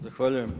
Zahvaljujem.